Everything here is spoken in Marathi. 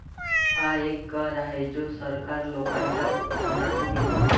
हा एक कर आहे जो सरकार लोकांच्या उत्पन्नातून घेते